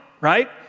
right